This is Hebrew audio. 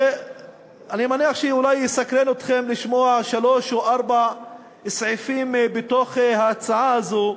אני מניח שאולי יסקרן אתכם לשמוע שלושה או ארבעה סעיפים בהצעה הזאת.